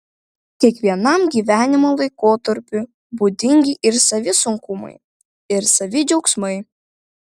kiekvienam gyvenimo laikotarpiui būdingi ir savi sunkumai ir savi džiaugsmai